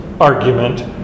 argument